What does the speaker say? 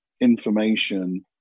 information